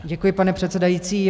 Děkuji, pane předsedající.